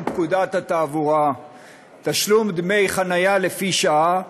פקודת התעבורה (תשלום דמי חניה לפי שעה),